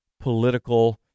political